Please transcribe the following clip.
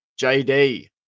JD